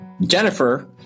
Jennifer